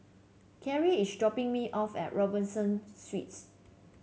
Kerrie is dropping me off at Robinson Suites